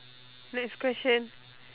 next question